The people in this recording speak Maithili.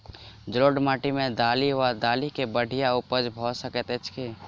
जलोढ़ माटि मे दालि वा दालि केँ बढ़िया उपज भऽ सकैत अछि की?